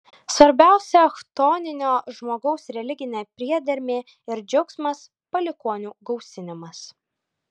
svarbiausia chtoninio žmogaus religinė priedermė ir džiaugsmas palikuonių gausinimas